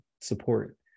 support